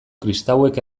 kristauek